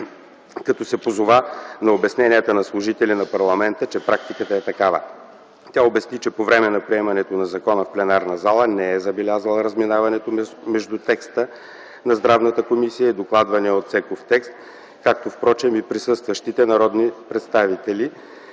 като се позова на обясненията на служители на парламента, че „Практиката е такава.” Тя обясни, че по време на приемането на закона в пленарна зала не е забелязала разминаването между текста на здравната комисия и докладвания от Цеков текст (както впрочем и присъстващите народни представители),